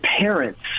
parents